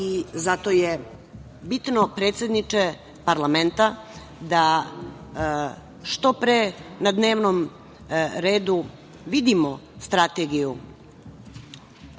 je bitno, predsedniče parlamenta, da što pre na dnevnom redu vidimo Strategiju